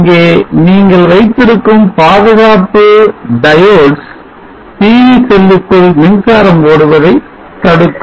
இங்கே நீங்கள் வைத்திருக்கும் பாதுகாப்பு diodes PV செல்லுக்குள் மின்சாரம் ஓடுவதை தடுக்கும்